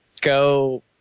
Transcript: go